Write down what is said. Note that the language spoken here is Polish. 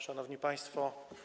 Szanowni Państwo!